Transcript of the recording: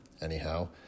anyhow